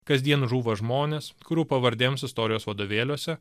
kasdien žūva žmonės kurių pavardėms istorijos vadovėliuose